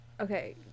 Okay